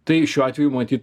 tai šiuo atveju matyt